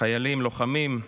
חיילים, לוחמים,